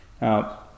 Now